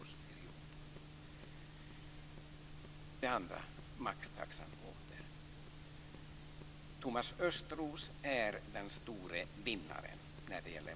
När det gäller maxtaxan är Thomas Östros den stora vinnaren.